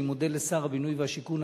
אני מודה לשר הבינוי והשיכון,